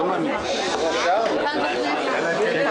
(תיעוד חזותי או קולי בקלפיות),